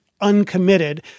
uncommitted